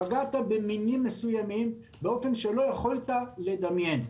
פגעת במינים מסוימים באופן שלא יכולת לדמיין.